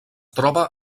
troba